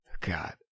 God